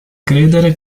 credere